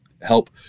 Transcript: help